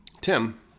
Tim